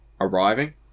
arriving